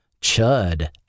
Chud